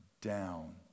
down